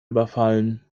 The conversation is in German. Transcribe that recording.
überfallen